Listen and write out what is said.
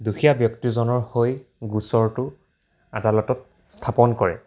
দুখীয়া ব্যক্তিজনৰ হৈ গোচৰটো আদালতত স্থাপন কৰে